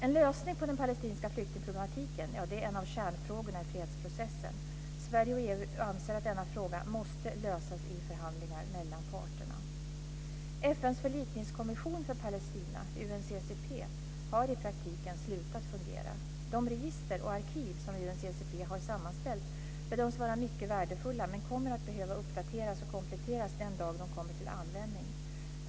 En lösning på den palestinska flyktingproblematiken är en av kärnfrågorna i fredsprocessen. Sverige och EU anser att denna fråga måste lösas i förhandlingar mellan parterna. UNCCP, har i praktiken slutat fungera. De register och arkiv som UNCCP har sammanställt bedöms vara mycket värdefulla, men de kommer att behöva uppdateras och kompletteras den dag de kommer till användning.